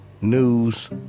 News